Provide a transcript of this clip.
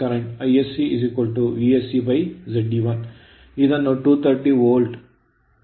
48 ರಿಂದ ಭಾಗಿಸಿ ನೀಡಲಾಗುತ್ತದೆ